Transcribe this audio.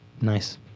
nice